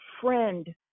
friend